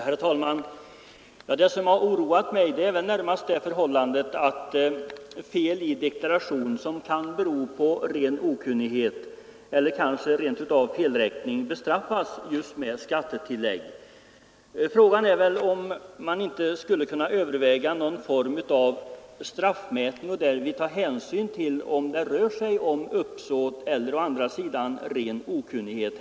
Herr talman! Vad som har oroat mig är närmast att ett fel i en deklaration som beror på ren okunnighet eller kanske felräkning bestraffas med skattetillägg. Skulle man inte kunna överväga någon form av straffmätning och då ta hänsyn till om det rör sig om uppsåt eller ren okunnighet?